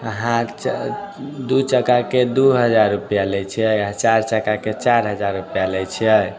अहाँ दू चक्काके दू हजार रुपआ लै छियै आ चारि चक्काके चारि हजार रुपआ लै छियै